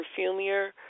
perfumier